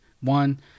One